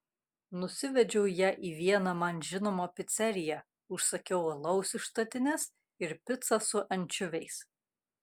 nusivedžiau ją į vieną man žinomą piceriją užsakiau alaus iš statinės ir picą su ančiuviais